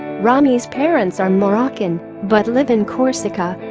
rami's parents are moroccan but live in corsica.